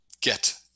get